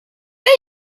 they